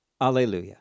alleluia